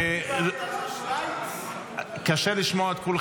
זו שוויץ?